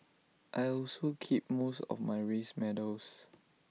I also keep most of my race medals